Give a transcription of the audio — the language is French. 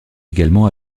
également